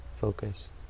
focused